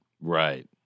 Right